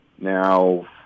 now